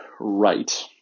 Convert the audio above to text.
right